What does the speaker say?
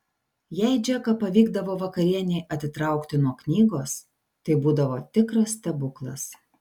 jei džeką pavykdavo vakarienei atitraukti nuo knygos tai būdavo tikras stebuklas